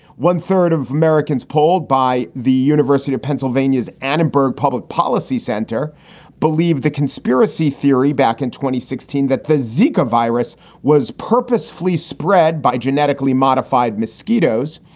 one third of americans polled by the university of pennsylvania's annenberg public policy center believe the conspiracy theory back in twenty sixteen that the zika virus was purposefully spread by genetically modified mosquitoes.